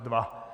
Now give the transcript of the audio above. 2.